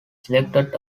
selected